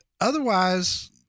otherwise